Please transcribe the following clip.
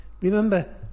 remember